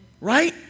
Right